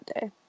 day